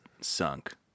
sunk